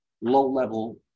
low-level